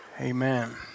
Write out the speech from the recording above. amen